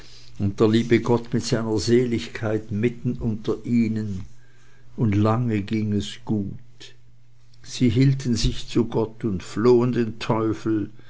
der liebe gott mit seiner seligkeit mitten unter ihnen und lange ging es gut sie hielten sich zu gott und flohen den teufel